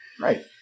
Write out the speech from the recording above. right